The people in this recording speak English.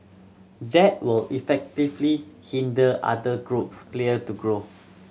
that will effectively hinder other group player to grow